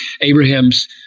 Abraham's